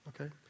Okay